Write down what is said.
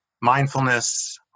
mindfulness